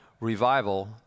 revival